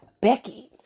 Becky